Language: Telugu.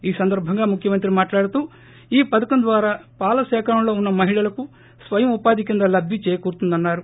ఈ సందర్బంగా ముఖ్యమంత్రి మాట్లాడుతూ ఈ పధకం ద్వారా పాల సేకరణలో ఉన్న మహిళలకు స్వయం ఉపాధి కింద లబ్ధి చేకూరుతుందన్నారు